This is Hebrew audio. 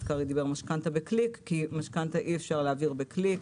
קרעי אמר משכנתא בקליק כי משכנתא אי אפשר להעביר בקליק.